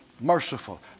merciful